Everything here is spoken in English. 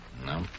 No